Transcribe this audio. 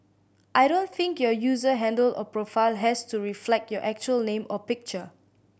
I don't think your user handle or profile has to reflect your actual name or picture